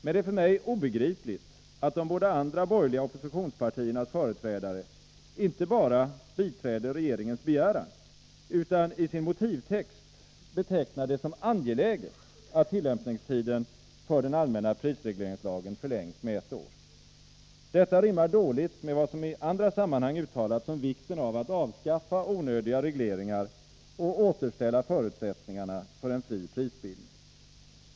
Men det är för mig obegripligt att de båda andra borgerliga oppositionspartiernas företrädare inte bara biträder regeringens begäran utan i sin motivtext betecknar det som angeläget att tillämpningstiden för den allmänna prisregleringslagen förlängs med ett år. Detta rimmar dåligt med vad som i andra sammanhang uttalats om vikten av att avskaffa onödiga regleringar och återställa förutsättningarna för en fri prisbildning.